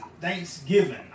Thanksgiving